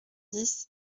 dix